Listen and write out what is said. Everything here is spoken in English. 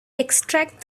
extract